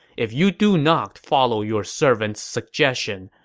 if you do not follow your servants' suggestion,